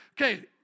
Okay